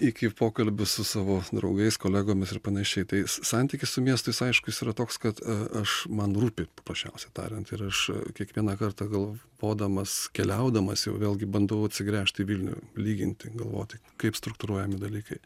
iki pokalbių su savo draugais kolegomis ir panašiai tai santykis su miestu jis aišku jis yra toks kad e aš man rūpi paprasčiausiai tariant ir aš e kiekvieną kartą galvodamas keliaudamas jau vėlgi bandau atsigręžt į vilnių lyginti galvoti kaip struktūruojami dalykai